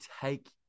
take